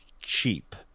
cheap